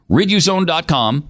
RidUZone.com